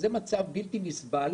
זה מצב בלתי נסבל